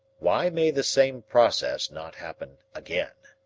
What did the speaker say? why may the same process not happen again?